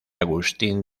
agustín